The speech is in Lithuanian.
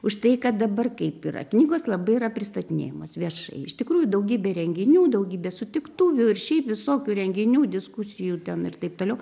už tai kad dabar kaip yra knygos labai yra pristatinėjamos viešai iš tikrųjų daugybė renginių daugybė sutiktuvių ir šiaip visokių renginių diskusijų ten ir taip toliau